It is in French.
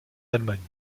allemagne